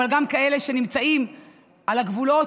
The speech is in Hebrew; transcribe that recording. אבל גם כאלה שנמצאים על הגבולות,